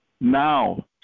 now